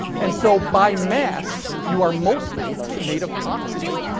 and, so, by mass, you are mostly made of oxygen.